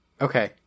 Okay